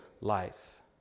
life